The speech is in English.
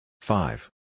Five